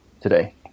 today